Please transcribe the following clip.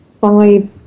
five